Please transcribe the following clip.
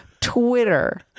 twitter